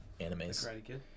animes